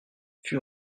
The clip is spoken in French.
fut